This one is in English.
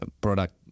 product